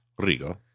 Rigo